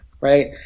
right